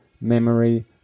memory